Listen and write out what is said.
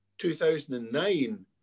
2009